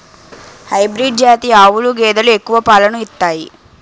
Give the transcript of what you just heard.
hybrid జాతి ఆవులు గేదెలు ఎక్కువ పాలను ఇత్తాయి